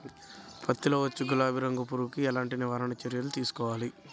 పత్తిలో వచ్చు గులాబీ రంగు పురుగుకి ఎలాంటి నివారణ చర్యలు తీసుకోవాలి?